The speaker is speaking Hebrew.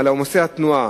על עומסי התנועה,